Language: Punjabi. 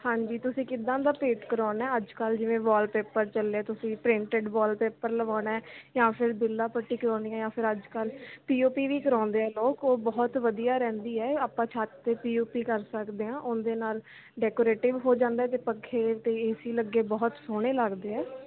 ਹਾਂਜੀ ਤੁਸੀਂ ਕਿੱਦਾਂ ਦਾ ਪੇਂਟ ਕਰਵਾਉਣਾ ਅੱਜ ਕੱਲ੍ਹ ਜਿਵੇਂ ਵਾਲਪੇਪਰ ਚੱਲੇ ਤੁਸੀਂ ਪ੍ਰਿੰਟਡ ਵਾਲਪੇਪਰ ਲਗਵਾਉਣਾ ਜਾਂ ਫਿਰ ਬਿਰਲਾ ਪੁੱਟੀ ਕਰਵਾਉਣੀ ਹੈ ਜਾਂ ਫਿਰ ਅੱਜ ਕੱਲ੍ਹ ਪੀ ਓ ਪੀ ਵੀ ਕਰਵਾਉਂਦੇ ਆ ਲੋਕ ਉਹ ਬਹੁਤ ਵਧੀਆ ਰਹਿੰਦੀ ਹੈ ਆਪਾਂ ਛੱਤ 'ਤੇ ਪੀ ਓ ਪੀ ਕਰ ਸਕਦੇ ਹਾਂ ਉਹਦੇ ਨਾਲ ਡੈਕੋਰੇਟਿਵ ਹੋ ਜਾਂਦਾ ਅਤੇ ਪੱਖੇ ਅਤੇ ਏ ਸੀ ਲੱਗੇ ਬਹੁਤ ਸੋਹਣੇ ਲੱਗਦੇ ਹੈ